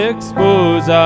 Expose